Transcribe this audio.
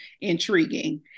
intriguing